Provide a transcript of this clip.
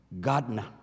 gardener